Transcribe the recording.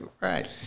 Right